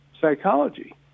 psychology